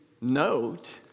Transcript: Note